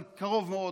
אבל קרוב מאוד,